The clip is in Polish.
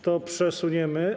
To przesuniemy.